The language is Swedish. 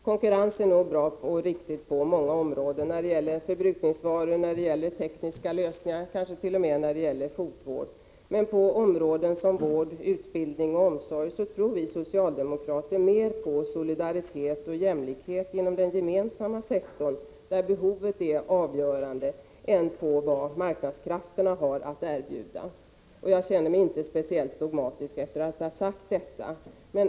Konkurrens är nog bra och riktigt på många områden, t.ex. när det gäller förbrukningsvaror, när det gäller tekniska lösningar, kanske t.o.m. när det gäller fotvård, men på områden som vård, utbildning och omsorg tror vi socialdemokrater mer på solidaritet och jämlikhet inom den gemensamma sektorn, där behovet är avgörande, än på vad marknadskrafterna har att erbjuda. Jag tycker inte att jag är speciellt dogmatisk bara därför att jag sagt detta.